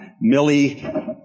Millie